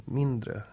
mindre